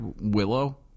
Willow